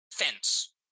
Fence